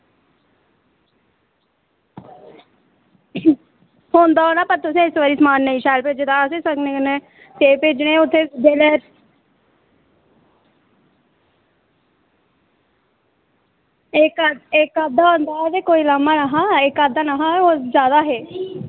होंदा पर तुसें स्हेई समान शैल नेईं भेजे दा ते असें सगनें कन्नै भेजने ते इक्क इक्क अद्धा होंदा हा ते कोई लाह्मां निहां पर एह् जादा हे